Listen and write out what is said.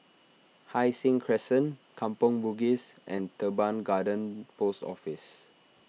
Hai Sing Crescent Kampong Bugis and Teban Garden Post Office